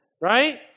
right